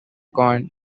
corn